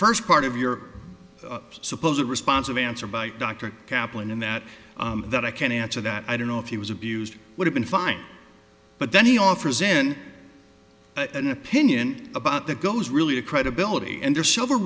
first part of your suppose a response of answer by dr caplan in that that i can answer that i don't know if he was abused would have been fine but then he offers in an opinion about that goes really a credibility and there are several